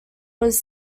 was